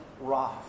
wrath